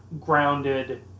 grounded